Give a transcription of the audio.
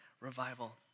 revival